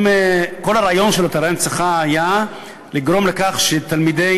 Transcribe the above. כל הרעיון של אתרי ההנצחה היה לגרום לכך שתלמידי